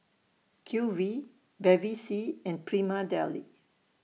Q V Bevy C and Prima Deli